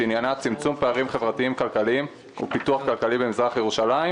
שעניינה צמצום פערים חברתיים-כלכליים ופיתוח כלכלי במזרח ירושלים.